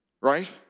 Right